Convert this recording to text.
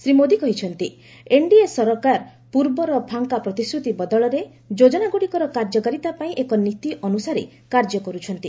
ଶ୍ରୀ ମୋଦି କହିଛନ୍ତି ଏନ୍ଡିଏ ସରକାର ପୂର୍ବର ଫାଙ୍କା ପ୍ରତିଶ୍ରତି ବଦଳରେ ଯୋଜନାଗୁଡ଼ିକର କାର୍ଯ୍ୟକାରିତା ପାଇଁ ଏକ ନୀତି ଅନୁସାରେ କାର୍ଯ୍ୟ କରୁଛନ୍ତି